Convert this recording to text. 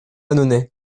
annonay